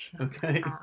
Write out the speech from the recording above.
Okay